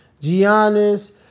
Giannis